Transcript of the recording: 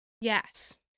Yes